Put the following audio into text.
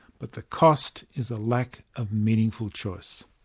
but the cost is a lack of meaningful choice.